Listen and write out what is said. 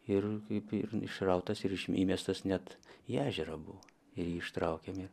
ir kaip ir išrautas ir iš įmestas net į ežerą buvo ir jį ištraukėme